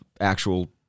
actual